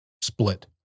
Split